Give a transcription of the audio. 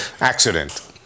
accident